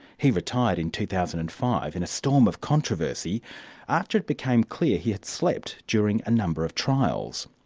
he retired in two thousand and five in a storm of controversy after it became clear he had slept during a number of trials.